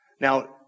Now